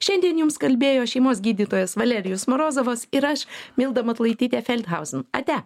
šiandien jums kalbėjo šeimos gydytojas valerijus morozovas ir aš milda matulaitytė feldhausen ate